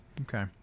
Okay